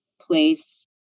place